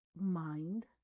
mind